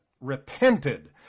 repented